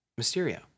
mysterio